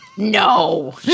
No